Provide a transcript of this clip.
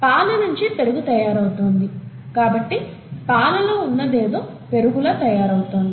పాల నించి పెరుగు తయారవుతోంది కాబట్టి పాలలో ఉన్నదేదో పెరుగులా తయారవుతోంది